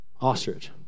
Ostrich